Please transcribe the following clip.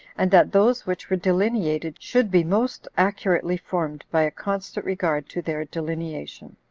and that those which were delineated should be most accurately formed by a constant regard to their delineation.